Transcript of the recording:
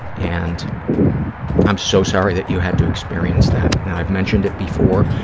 and i'm so sorry that you had to experience that. i've mentioned it before.